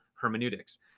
hermeneutics